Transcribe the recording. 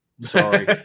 Sorry